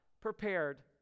prepared